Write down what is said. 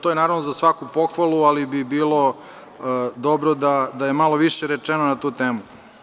To je, naravno, za svaku pohvalu, ali bi bilo dobro da je malo više rečeno na tu temu.